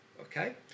okay